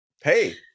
hey